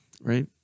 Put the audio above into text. right